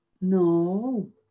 no